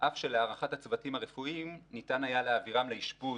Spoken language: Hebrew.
אף שלהערכת הצוותים הרפואיים ניתן היה להעבירם לאשפוז